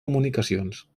comunicacions